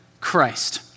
Christ